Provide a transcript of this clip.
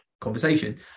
conversation